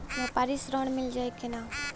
व्यापारी ऋण मिल जाई कि ना?